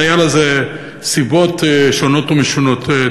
אבל היו לזה סיבות שונות ומשונות.